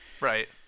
Right